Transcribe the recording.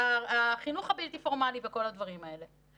החינוך הבלתי פורמלי וכל הדברים האלה.